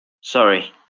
Sorry